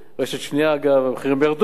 ברשת שנייה, אגב, המחירים ירדו.